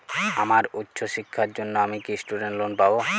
আমার উচ্চ শিক্ষার জন্য আমি কি স্টুডেন্ট লোন পাবো